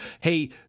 hey